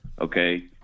okay